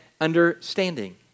understanding